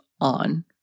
on